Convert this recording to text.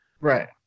right